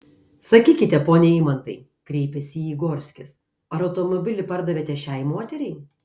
sakykite pone eimantai kreipėsi į jį gorskis ar automobilį pardavėte šiai moteriai